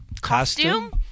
costume